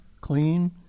clean